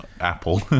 apple